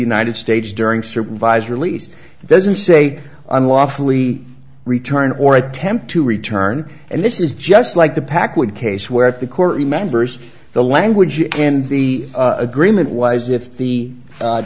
united states during supervised release doesn't say unlawfully return or attempt to return and this is just like the packwood case where the court remembers the language in the agreement was if the